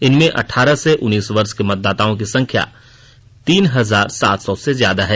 इनमें अठारह से उन्नीस वर्ष के मतदाताओं की संख्या तीन हजार सात सौ से ज्यादा है